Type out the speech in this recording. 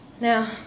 Now